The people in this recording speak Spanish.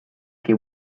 que